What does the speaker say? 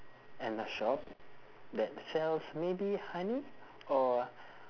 and a shop that sells maybe honey or